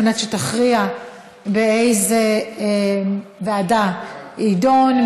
על מנת שתכריע באיזו ועדה זה יידון.